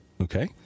Okay